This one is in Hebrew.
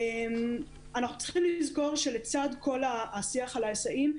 אנחנו צריכים לזכור שלצד כל השיח על ההיסעים,